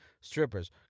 Strippers